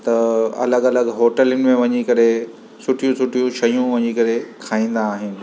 त अलॻि अलॻि होटलुनि में वञी करे सुठियूं सुठियूं शयूं वञी करे खाईंदा आहिनि